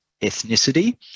ethnicity